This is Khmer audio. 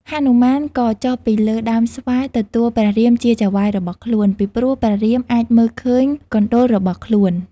ហនុមានក៏ចុះពីលើ ដើមស្វាយទទួលព្រះរាមជាចៅហ្វាយរបស់ខ្លួន ពីព្រោះព្រះរាមអាចមើលឃើញកុណ្ឌលរបស់ ខ្លួន។